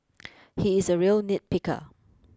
he is a real nit picker